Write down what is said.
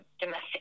domestic